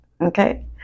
okay